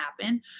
happen